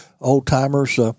old-timers